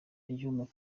agihumeka